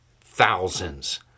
thousands